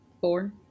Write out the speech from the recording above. Four